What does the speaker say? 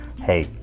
hey